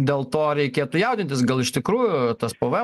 dėl to reikėtų jaudintis gal iš tikrųjų tas pvm